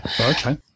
Okay